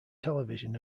television